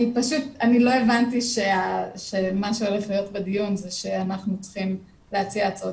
פשוט לא הבנתי שמה שהולך להיות בדיון זה שאנחנו צריכים להציע הצעות.